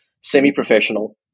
semi-professional